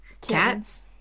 cats